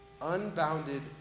unbounded